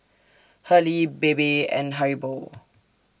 Hurley Bebe and Haribo